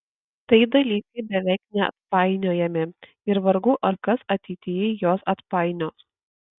tai dalykai beveik neatpainiojami ir vargu ar kas ateityje juos atpainios